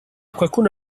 qualcuno